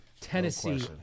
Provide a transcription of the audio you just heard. Tennessee